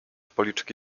policzki